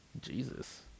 Jesus